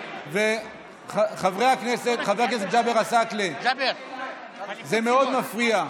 חבר הכנסת ג'אבר עסאקלה, זה מאוד מפריע.